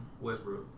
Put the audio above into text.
Westbrook